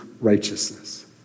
righteousness